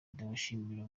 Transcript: ndashimira